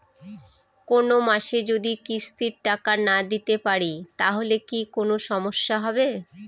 কোনমাসে যদি কিস্তির টাকা না দিতে পারি তাহলে কি কোন সমস্যা হবে?